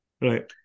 right